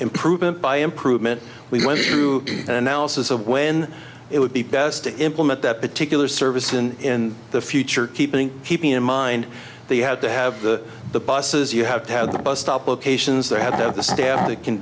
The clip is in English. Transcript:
improvement by improvement we went through an analysis of when it would be best to implement that particular service in the future keeping keeping in mind they had to have the the buses you have to have the bus stop locations they had to have the staff that can